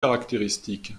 caractéristique